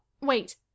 wait